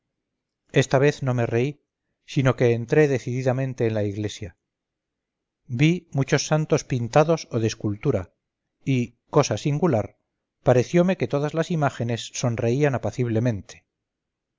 esta vez no me reí sino que entré decididamente en la iglesia vi muchos santos pintados o de escultura y cosa singular pareciome que todas las imágenes sonreían apaciblemente